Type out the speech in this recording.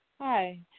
Hi